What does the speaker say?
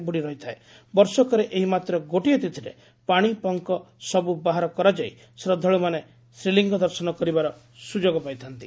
ବର୍ଷକରେ ଏହି ମାତ୍ର ଗୋଟିଏ ତିଥିରେ ପାଶିପଙ୍କ ସବୁ ବାହାର କରାଯାଇ ଶ୍ରଦ୍ଧାଳୁମାନେ ଶ୍ରୀଲିଙ୍ଗ ଦର୍ଶନ କରିବାର ସୁଯୋଗ ପାଇଥାନ୍ତି